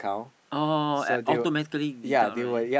oh like automatically deduct right